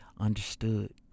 understood